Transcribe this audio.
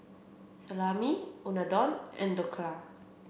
Salami Unadon and Dhokla